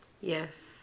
Yes